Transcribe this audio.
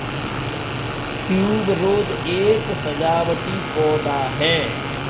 tuberose एक सजावटी पौधा है